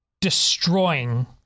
destroying